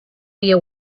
via